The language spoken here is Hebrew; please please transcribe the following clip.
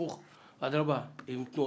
ההיפך הוא הנכון, אדרבא, אם תהיה